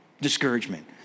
Discouragement